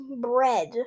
bread